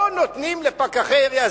לא נותנים לפקחי העירייה,